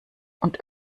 und